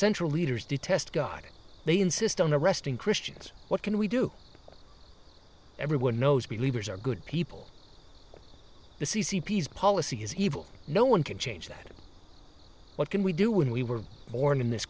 central leaders detest god they insist on arresting christians what can we do everyone knows believers are good people the c c p is policy is evil no one can change that what can we do when we were born in this